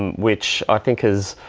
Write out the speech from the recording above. and which i think is.